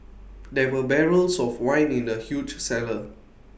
there were barrels of wine in the huge cellar